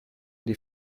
die